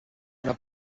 una